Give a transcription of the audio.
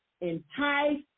entice